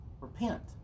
repent